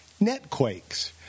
netquakes